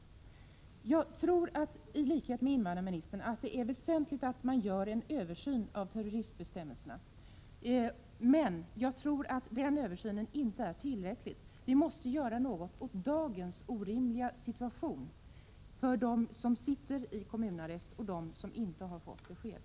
Jag tror i likhet med invandrarministern att det är väsentligt att man gör en översyn av terroristbestämmelserna, men jag tror inte att det är tillräckligt med en sådan översyn. Vi måste göra något åt dagens orimliga situation för dem som sitter i kommunarrest och för dem som inte har fått besked.